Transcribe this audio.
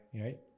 Right